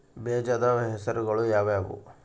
ಬೇಜದ ಹೆಸರುಗಳು ಯಾವ್ಯಾವು?